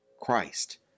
Christ